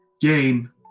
game